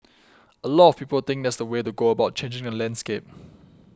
a lot of people think that that's the way to go about changing the landscape